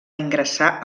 ingressar